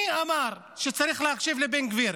מי אמר שצריך להקשיב לבן גביר?